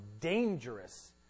dangerous